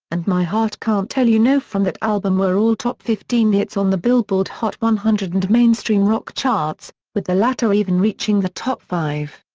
and my heart can't tell you no from that album were all top fifteen hits on the billboard hot one hundred and mainstream rock charts, with the latter even reaching the top five.